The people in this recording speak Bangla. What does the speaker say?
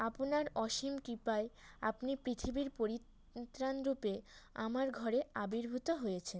আপনার অসীম কৃপায় আপনি পৃথিবীর পরিত্রাণ রূপে আমার ঘরে আবির্ভূত হয়েছেন